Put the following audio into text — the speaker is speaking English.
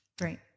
Great